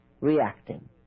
reacting